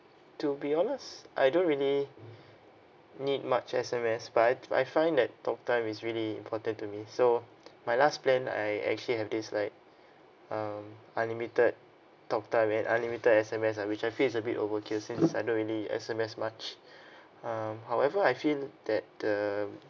to be honest I don't really need much S_M_S but I but I find that talk time is really important to me so my last plan I actually have this like um unlimited talk time and unlimited S_M_S ah which I feel is a bit overkill since I don't really S_M_S much um however I feel that um